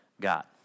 God